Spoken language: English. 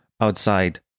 outside